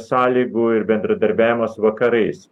sąlygų ir bendradarbiavimo su vakarais